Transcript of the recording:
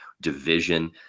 division